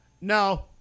No